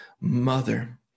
mother